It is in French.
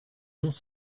monts